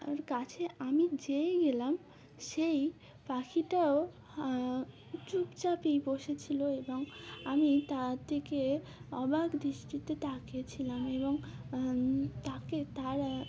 আর কাছে আমি যেই গেলাম সেই পাখিটাও চুপচাপই বসেছিলো এবং আমি তার দিকে অবাক দৃষ্টিতে তাকিয়েছিলাম এবং তাকে তার